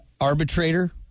arbitrator